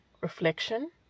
reflection